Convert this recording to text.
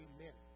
Amen